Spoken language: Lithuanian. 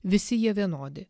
visi jie vienodi